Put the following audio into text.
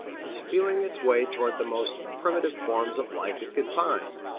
was feeling its way toward the most primitive forms of life it could find.